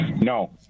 No